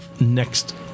next